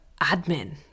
admin